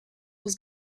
was